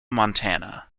montana